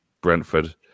Brentford